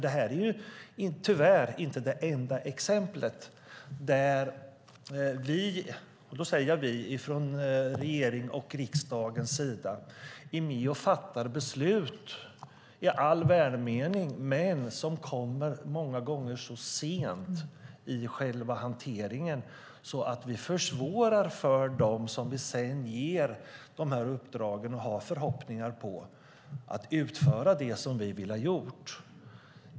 Det här är tyvärr inte det enda exemplet där vi, jag säger vi, från regeringens och riksdagens sida är med och fattar beslut i all välmening som många gånger kommer så sent i själva hanteringen att vi försvårar för dem som vi sedan ger de här uppdragen och har förhoppningar på ska utföra det som vi vill ha gjort.